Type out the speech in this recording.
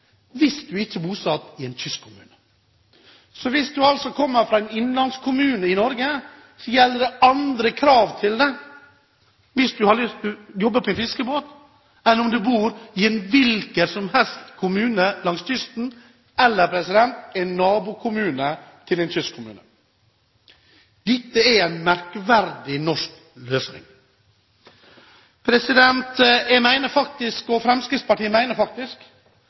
hvis du ikke er bosatt i en kystkommune. Hvis du altså kommer fra en innlandskommune i Norge, gjelder det andre krav hvis du har lyst til å jobbe på en fiskebåt enn om du bor i en hvilken som helst kommune langs kysten eller i en nabokommune til en kystkommune. Dette er en merkverdig, norsk løsning. Jeg og Fremskrittspartiet mener faktisk